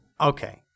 Okay